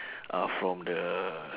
are from the